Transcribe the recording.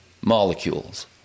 molecules